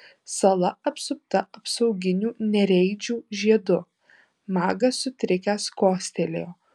sala apsupta apsauginiu nereidžių žiedu magas sutrikęs kostelėjo